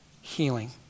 healing